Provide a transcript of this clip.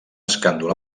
escàndol